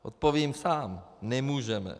Odpovím sám: nemůžeme.